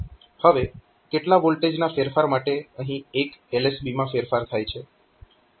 હવે કેટલા વોલ્ટેજના ફેરફાર માટે અહીં એક LSB માં ફેરફાર થાય છે